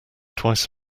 twice